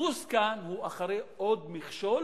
החיפוש כאן הוא אחרי עוד מכשול,